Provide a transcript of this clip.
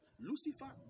Lucifer